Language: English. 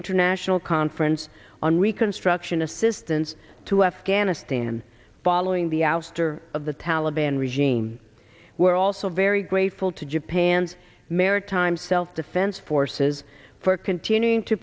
international conference on reconstruction assistance to afghanistan following the ouster of the taliban regime we're also very grateful to japan's maritime self defense forces for continuing to